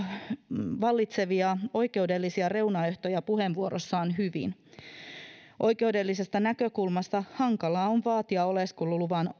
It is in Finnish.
vallitsevia oikeudellisia reunaehtoja puheenvuorossaan hyvin oikeudellisesta näkökulmasta hankalaa on vaatia oleskeluluvan